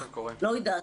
לא יודעת.